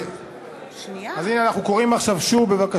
אנחנו קוראים עכשיו שוב, בבקשה.